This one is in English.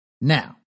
Now